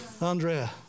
Andrea